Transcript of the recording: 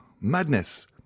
madness